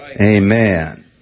Amen